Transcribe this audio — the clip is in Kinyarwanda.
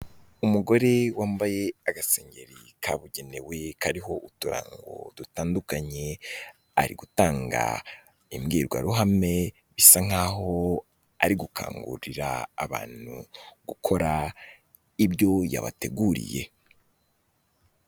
Umugore wambaye agasengeri kabugenewe kariho uturango dutandukanye, ari gutanga imbwirwaruhame, bisa nk'aho ari gukangurira abantu gukora ibyo yabateguriye.